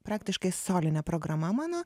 praktiškai solinė programa mano